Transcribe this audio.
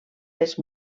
les